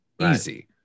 easy